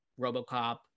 Robocop